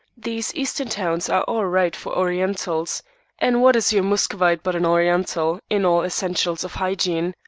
these eastern towns are all right for orientals and what is your muscovite but an oriental, in all essentials of hygiene?